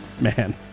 Man